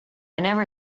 never